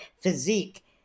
physique